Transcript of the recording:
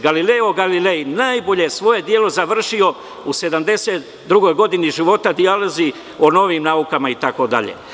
Galileo Galilej najbolje svoje delo završioje u 72. godini života -Dijalozi o novim naukama itd.